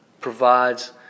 provides